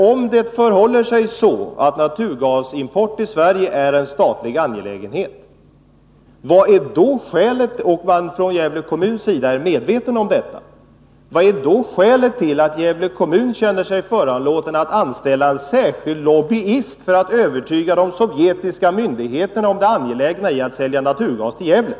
Om det förhåller sig så att naturgasimport i Sverige är en statlig angelägenhet och man från Gävle kommuns sida är medveten om detta, vad är då skälet till att Gävle kommun känner sig föranlåten att anställa en särskild lobbyist för att övertyga de sovjetiska Nr 152 myndigheterna om det angelägna i att sälja naturgas till Gävle?